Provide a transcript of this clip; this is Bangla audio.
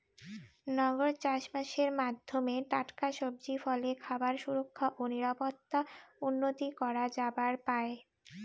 নগর চাষবাসের মাধ্যমে টাটকা সবজি, ফলে খাবার সুরক্ষা ও নিরাপত্তা উন্নতি করা যাবার পায়